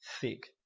thick